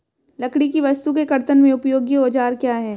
लकड़ी की वस्तु के कर्तन में उपयोगी औजार क्या हैं?